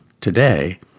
Today